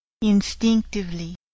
Instinctively